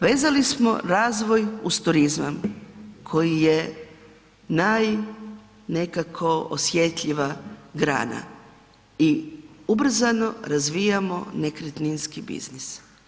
Vezali smo razvoj uz turizam koji je naj nekako osjetljiva grana i ubrzano razvijamo nekretninski biznis.